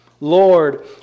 Lord